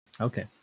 Okay